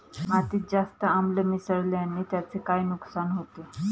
मातीत जास्त आम्ल मिसळण्याने त्याचे काय नुकसान होते?